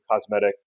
cosmetic